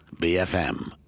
BFM